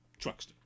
truckster